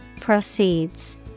Proceeds